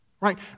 Right